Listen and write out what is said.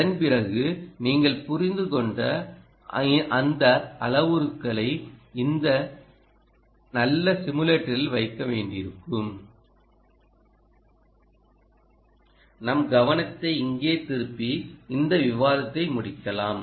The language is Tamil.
அதன்பிறகு நீங்கள் புரிந்துகொண்ட அந்த அளவுருக்களை இந்த நல்ல சிமுலேட்டரில் வைக்க வேண்டியிருக்கும் நம் கவனத்தை இங்கே திருப்பி இந்த விவாதத்தை முடிக்கலாம்